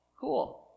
cool